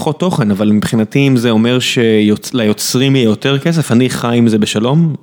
תוכן אבל מבחינתי אם זה אומר ש-ליוצרים יהיה יותר כסף אני חי עם זה בשלום